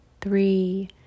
three